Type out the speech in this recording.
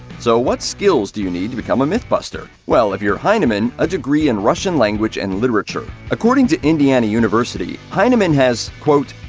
so what skills do you need to become a mythbuster? well, if you're hyneman, a degree in russian language and literature. according to indiana university, hyneman has, quote,